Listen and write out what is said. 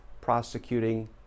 prosecuting